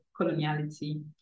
coloniality